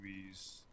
movies